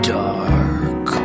dark